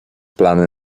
plany